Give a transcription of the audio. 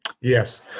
Yes